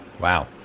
Wow